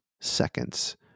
seconds